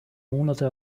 monate